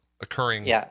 occurring